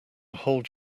hold